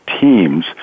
teams